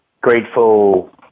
grateful